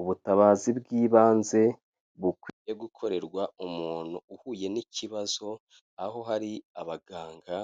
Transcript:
Ubutabazi bw'ibanze bukwiye gukorerwa umuntu uhuye n'ikibazo, aho hari abaganga